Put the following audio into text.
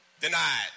denied